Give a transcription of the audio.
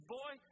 boy